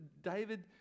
David